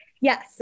yes